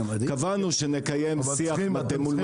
קבענו שנקיים שיח מטה מול מטה, באופן עקרוני.